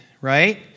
right